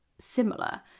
similar